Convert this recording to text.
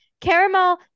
Caramel